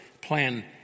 plan